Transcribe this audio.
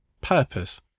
purpose